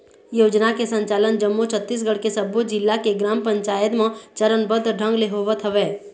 योजना के संचालन जम्मो छत्तीसगढ़ के सब्बो जिला के ग्राम पंचायत म चरनबद्ध ढंग ले होवत हवय